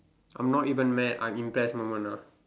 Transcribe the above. I'm not even mad I'm in best moment lah